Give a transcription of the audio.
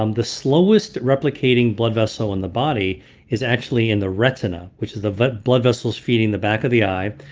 um the slowest replicating blood vessel in the body is actually in the retina, which is the the blood vessels feeding the back of the eye.